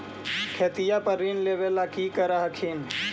खेतिया पर ऋण लेबे ला की कर हखिन?